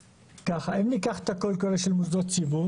אם ניקח את הקול קורא של מוסדות ציבור